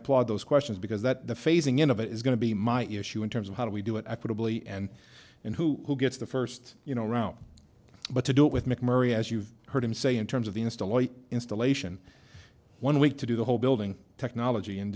applaud those questions because that the phasing in of it is going to be my issue in terms of how do we do it equitably and and who gets the first you know around but to do it with mcmurray as you've heard him say in terms of the installation installation one week to do the whole building technology and